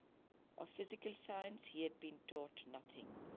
of physical science he had been taught nothing,